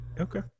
okay